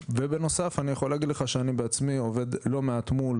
ובנוסף אני יכול להגיד לך שאני בעצמי עובד לא מעט מול